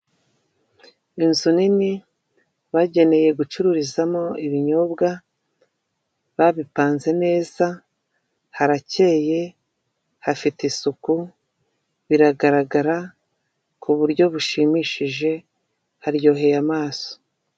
Inzu nini bageneye gucururizamo ibinyobwa, babipanze neza, harakeye hafite isuku, biragaragara ku buryo bushimishije haryoheye amaso.